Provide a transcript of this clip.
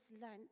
learnt